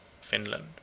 Finland